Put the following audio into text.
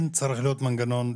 צריך להיות מנגנון,